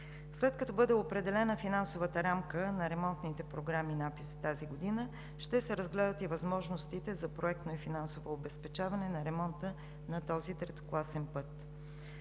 След като бъде определена финансовата рамка на ремонтните програми на АПИ тази година, ще се разгледат и възможностите за проектно и финансово обезпечаване на ремонта на този третокласен път.